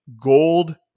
gold